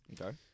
Okay